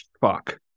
Fuck